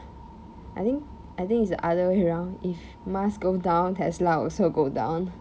I think I think it's the other way round if musk go down tesla also go down